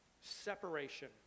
separation